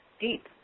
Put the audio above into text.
deep